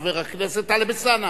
חבר הכנסת טלב אלסאנע,